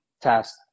task